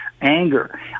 anger